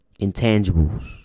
Intangibles